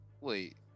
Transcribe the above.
Wait